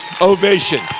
ovation